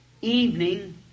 evening